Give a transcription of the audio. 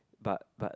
but but